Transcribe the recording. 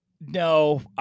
No